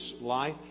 life